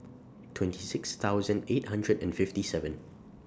twenty six thousand eight hundred and fifty seven